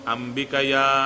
Ambikaya